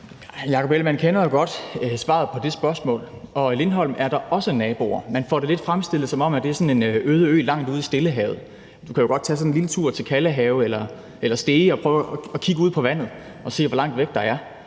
Jakob Ellemann-Jensen kender jo godt svaret på det spørgsmål. På Lindholm er der også naboer. Man får det fremstillet, som om det er sådan en øde ø langt ude i Stillehavet. Du kan jo godt tage sådan en lille tur til Kalvehave eller Stege og prøve at kigge ud på vandet og se, hvor langt væk det er,